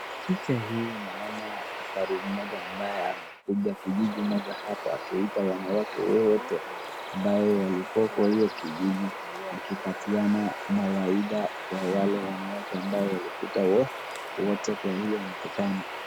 Picha hii naona daktari mmoja ambaye amekuja kijiji moja hapa akiita wanawake wote ambayo walikua kwa hiyo kijiji akipatiana mawaidha kwa wale wanawake walikuja wote kwa hiyo mkutano.